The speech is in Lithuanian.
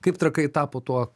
kaip trakai tapo tuo